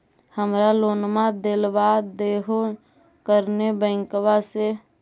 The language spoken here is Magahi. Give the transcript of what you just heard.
हमरा लोनवा देलवा देहो करने बैंकवा से?